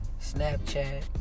snapchat